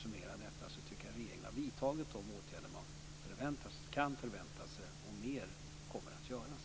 Min summering är att regeringen har vidtagit de åtgärder som kan förväntas, och mer kommer att göras.